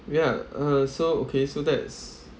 ya uh so okay so that's